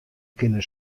kinne